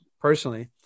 personally